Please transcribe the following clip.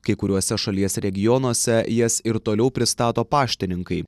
kai kuriuose šalies regionuose jas ir toliau pristato paštininkai